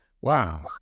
Wow